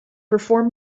perform